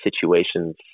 situations